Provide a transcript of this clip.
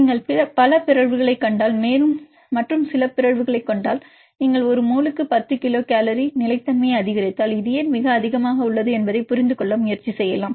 நீங்கள் பல பிறழ்வுகளைக் கண்டால் மற்றும் சில பிறழ்வுகளைக் கண்டால் நீங்கள் ஒரு மோலுக்கு 10 கிலோகால்1mole10Kcal நிலைத்தன்மையை அதிகரித்தால் இது ஏன் மிக அதிகமாக உள்ளது என்பதைப் புரிந்து கொள்ள முயற்சி செய்யலாம்